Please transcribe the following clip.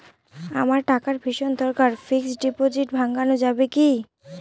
আমার টাকার ভীষণ দরকার ফিক্সট ডিপোজিট ভাঙ্গানো যাবে কি?